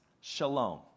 shalom